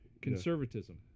conservatism